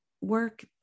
work